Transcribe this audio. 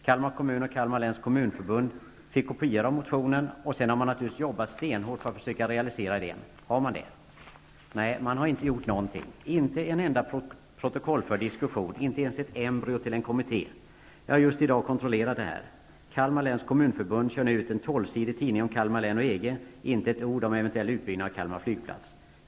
Kalmar kommun och Kalmar läns kommunförbund fick kopior av motionen. Och sedan har man naturligtvis jobbat stenhårt för att försöka realisera idén. Har man det? Nej, man har inte gjort någonting -- inte en enda protokollförd diskussion, inte ens ett embryo till en kommitté. Jag har just i dag kontrollerat detta. Kalmar läns kommunförbund kör nu ut en tolvsidig tidning om Kalmar län och EG -- inte ett ord om en eventuell utbyggnad av Kalmar flygplats.